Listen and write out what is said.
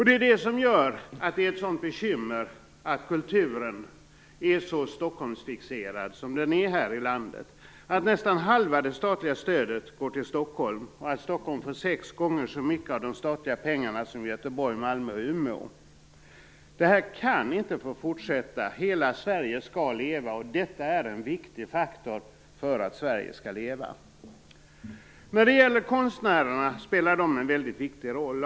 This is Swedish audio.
Det är det som gör att det är ett sådant bekymmer att kulturen är så Stockholmsfixerad som den är här i landet. Nästan halva det statliga stödet går till Stockholm, och Stockholm får sex gånger så mycket av de statliga pengarna som Göteborg, Malmö och Umeå. Det kan inte få fortsätta. Hela Sverige skall leva, och detta är en viktig faktor för att Sverige skall leva. Konstnärerna spelar en mycket viktig roll.